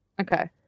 Okay